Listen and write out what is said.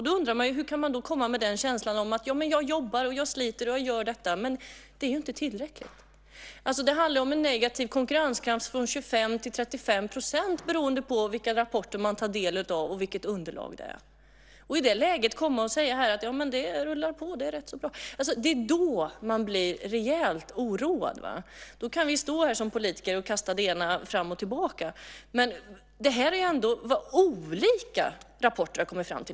Då undrar man hur hon kan komma och säga: Jag jobbar och sliter? Det är inte tillräckligt. Det handlar om en negativ konkurrenskraft, en sänkning mellan 25 och 35 % beroende på vilka rapporter man grundar sig på och vilket underlag man använder. Hur kan man i det läget komma och säga: Det rullar på, det är rätt så bra? Det är då man blir rejält oroad. Då kan vi stå här som politiker och kasta det hela fram och tillbaka. Men det här är ändå vad olika rapporter har kommit fram till.